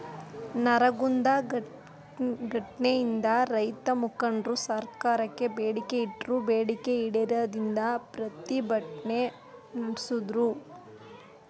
ನರಗುಂದ ಘಟ್ನೆಯಿಂದ ರೈತಮುಖಂಡ್ರು ಸರ್ಕಾರಕ್ಕೆ ಬೇಡಿಕೆ ಇಟ್ರು ಬೇಡಿಕೆ ಈಡೇರದಿಂದ ಪ್ರತಿಭಟ್ನೆ ನಡ್ಸುದ್ರು